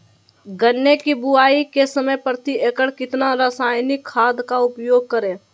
गन्ने की बुवाई के समय प्रति एकड़ कितना रासायनिक खाद का उपयोग करें?